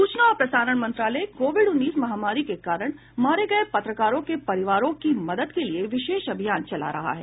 सूचना और प्रसारण मंत्रालय कोविड उन्नीस महामारी के कारण मारे गये पत्रकारों के परिवारों की मदद के लिए विशेष अभियान चला रहा है